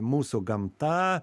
mūsų gamta